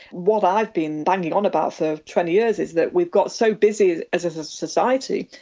what i've been banging on about for twenty years is that we've got so busy as as a society,